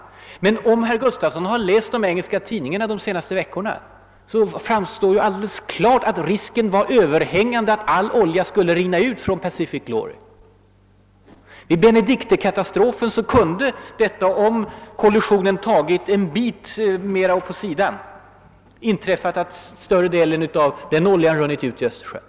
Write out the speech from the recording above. Om Gunnar Gustafsson har läst de engelska tidningarna de senaste veckorna har han emellertid sett att risken var överhängande för att all olja skulle rinna ut ur Pacific Glory. Vid Benedictekatastrofen kunde, om stöten vid kollisionen tagit en bit mera på sidan, ha inträffat att större delen av oljan runnit ut i Östersjön.